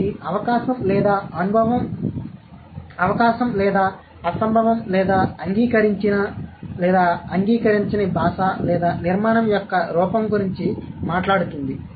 ఇది అవకాశం లేదా అసంభవం లేదా అంగీకరించిన అంగీకరించని భాష లేదా నిర్మాణం యొక్క రూపం గురించి మాట్లాడుతుంది